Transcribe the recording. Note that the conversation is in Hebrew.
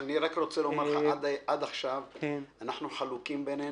אני רוצה לומר לך: עד עכשיו אנחנו חלוקים בינינו.